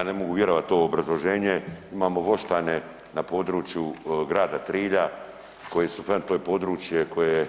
Ja ne mogu vjerovat u ovo obrazloženje, imamo Voštane na području Grada Trilja, to je područje koje